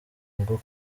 bwo